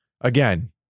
Again